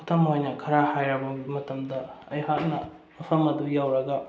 ꯈꯨꯗꯝ ꯑꯣꯏꯅ ꯈꯔ ꯍꯥꯏꯔꯕ ꯃꯇꯝꯗ ꯑꯩꯍꯥꯛꯅ ꯃꯐꯝ ꯑꯗꯨ ꯌꯧꯔꯒ